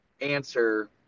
answer